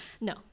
No